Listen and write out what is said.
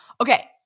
Okay